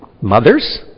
mothers